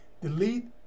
Delete